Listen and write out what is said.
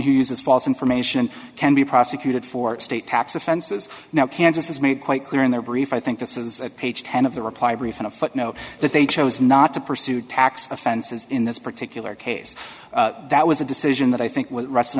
who uses false information can be prosecuted for state tax offenses now kansas has made quite clear in their brief i think this is page ten of the reply brief in a footnote that they chose not to pursue tax offenses in this particular case that was a decision that i think was rest